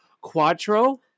quattro